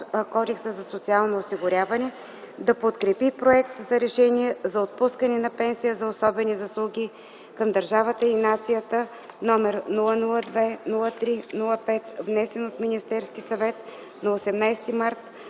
Кодекса за социално осигуряване да подкрепи проект за Решение за отпускане на пенсия за особени заслуги към държавата и нацията, № 002-03-5, внесен от Министерския съвет на 18.03.2010